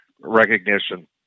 recognition